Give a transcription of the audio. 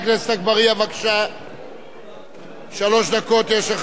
שלוש דקות יש לך להשיב על סירוב הממשלה,